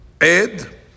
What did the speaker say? Ed